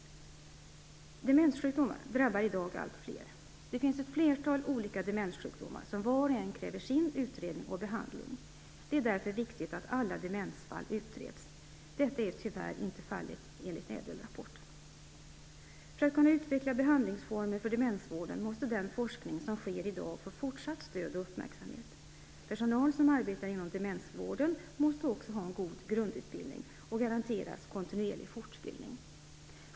Demenssjukdomar drabbar i dag alltfler. Det finns ett flertal olika demenssjukdomar, som var och en kräver sin utredning och behandling. Det är därför viktigt att alla demensfall utreds. Detta är tyvärr inte fallet enligt ÄDEL-rapporten. För att kunna utveckla behandlingsformer för demensvården måste den forskning som sker i dag få fortsatt stöd och uppmärksamhet. Personal som arbetar inom demensvården måste också ha en god grundutbildning och garanteras kontinuerlig fortbildning.